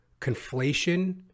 conflation